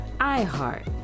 iHeart